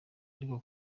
ariko